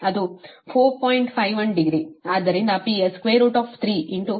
ಆದ್ದರಿಂದ PS 3 224